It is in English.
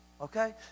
Okay